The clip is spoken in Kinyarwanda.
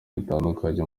bitandukanye